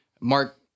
Mark